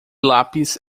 lápis